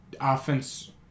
offense